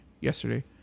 yesterday